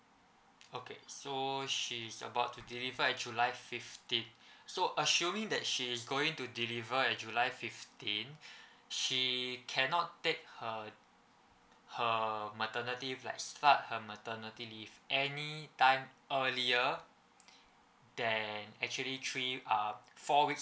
okay so she's about to deliver at july fifteen so assuming that she's going to deliver at july fifteen she cannot take her her maternity like start her maternity leave any time earlier then actually three uh four weeks